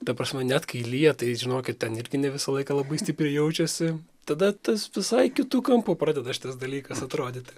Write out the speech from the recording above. ta prasme net kai lyja tai žinokit ten irgi ne visą laiką labai stipriai jaučiasi tada tas visai kitu kampu pradeda šitas dalykas atrodyti